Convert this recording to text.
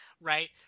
Right